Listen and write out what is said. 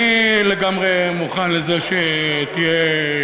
אני לגמרי מוכן לזה שתהיה,